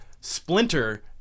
Splinter